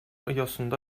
оясында